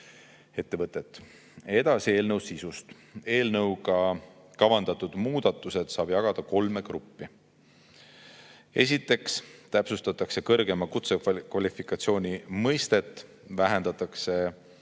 ettevõtet. Edasi eelnõu sisust. Eelnõuga kavandatud muudatused saab jagada kolme gruppi. Esiteks täpsustatakse kõrgema kutsekvalifikatsiooni mõistet, vähendatakse